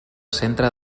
centre